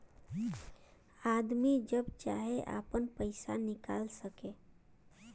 आदमी जब चाहे आपन पइसा निकाल सके